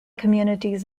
communities